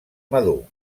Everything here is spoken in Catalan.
madur